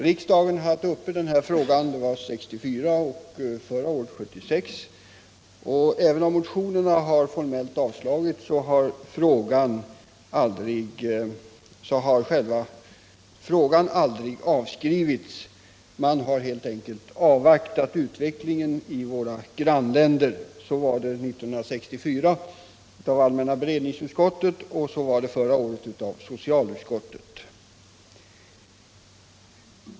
Riksdagen har haft detta ärende uppe till behandling 1964 och 1976, och även om motionerna då formellt avslagits har tanken på införande av sommartid aldrig avskrivits utan man har helt enkelt avvaktat utvecklingen i våra grannländer. Detta gällde både 1964 i allmänna beredningsutskottet och förra året i socialutskottet.